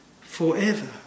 forever